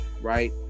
right